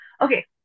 Okay